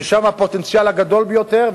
שם הפוטנציאל הגדול ביותר,